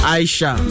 Aisha